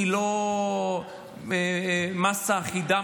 היא לא מאסה אחידה,